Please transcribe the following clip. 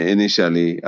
Initially